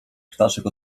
ptaszek